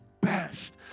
best